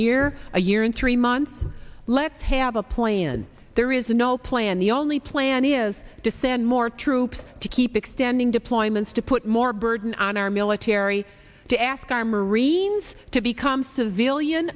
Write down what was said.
year a year in three months let's have a plan there is no plan the only plan is to send more troops to keep extending deployments to put more burden on our military to ask our marines to become civilian